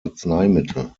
arzneimittel